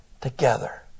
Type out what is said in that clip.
together